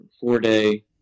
four-day